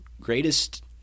greatest